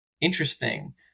interesting